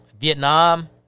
Vietnam